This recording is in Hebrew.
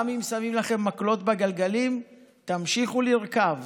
גם אם שמים לכם מקלות בגלגלים, תמשיכו לרכוב,